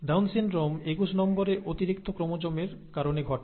down syndrome একুশ নম্বরে অতিরিক্ত ক্রোমোজোমের কারণে ঘটে